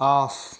off